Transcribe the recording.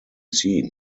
seen